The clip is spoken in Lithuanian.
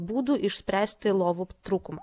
būdų išspręsti lovų trūkumą